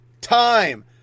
Time